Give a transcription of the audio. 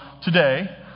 today